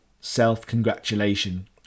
self-congratulation